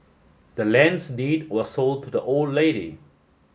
the land's deed was sold to the old lady